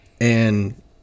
and-